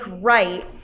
right